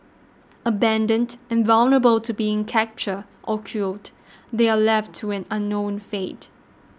abandoned and vulnerable to being captured or culled they are left to an unknown fate